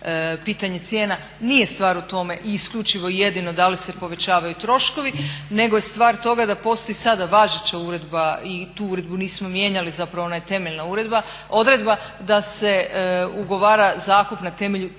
pitanje cijena. Nije stvar u tome i isključivo jedino da li se povećavaju troškovi, nego je stvar toga da postoji sada važeća uredba i tu uredbu nismo mijenjali, zapravo ona je temeljna uredba, odredba da se ugovara zakup na temelju tržišnih